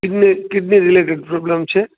ને kidney related problem છે